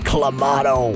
Clamato